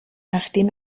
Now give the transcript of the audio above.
nachdem